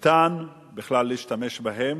שניתן בכלל להשתמש בהם,